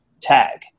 tag